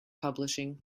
publishing